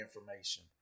information